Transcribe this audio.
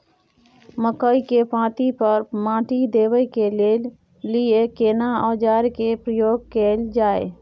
मकई के पाँति पर माटी देबै के लिए केना औजार के प्रयोग कैल जाय?